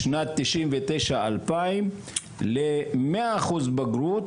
בשנת 99'-2000 למאה אחוז בגרות.